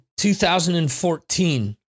2014